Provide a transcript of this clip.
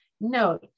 No